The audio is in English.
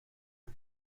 are